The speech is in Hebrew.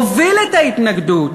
מוביל את ההתנגדות,